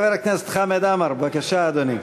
חבר הכנסת חמד עמאר, בבקשה, אדוני.